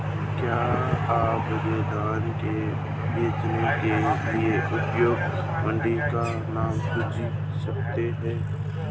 क्या आप मुझे धान बेचने के लिए उपयुक्त मंडी का नाम सूझा सकते हैं?